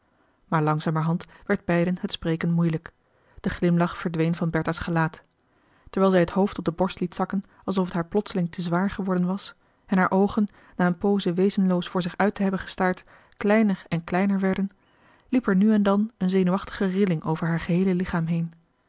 maar langzamerhand werd beiden het spreken moeilijk de glimlach verdween van bertha's gelaat terwijl zij het hoofd op de borst liet zakken alsof t haar plotseling te zwaar geworden was en haar oogen na een pooze wezenloos voor zich uit te hebben gestaard kleiner en kleiner werden liep er nu en dan een zenuwachtige rilmarcellus emants een drietal novellen ling over haar geheele lichaam heen